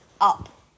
up